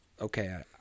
okay